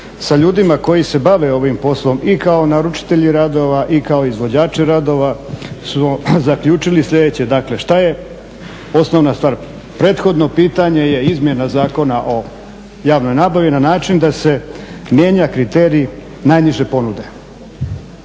sa ljudima koji se bave ovim poslom i kao naručitelji radova i kao izvođači radova smo zaključili sljedeće, dakle šta je osnovna stvar? Prethodno pitanje je izmjena Zakona o javnoj nabavi na način da se mijenja kriterij najniže ponude.